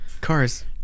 cars